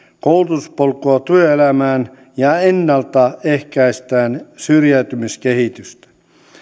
koulutuspolkua työelämään ja ennaltaehkäistään syrjäytymiskehitystä